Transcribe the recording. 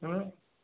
ହୁଁ